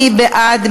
מי בעד?